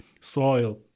soil